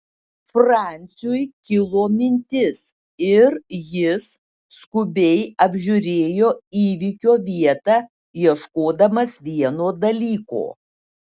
franciui kilo mintis ir jis skubiai apžiūrėjo įvykio vietą ieškodamas vieno dalyko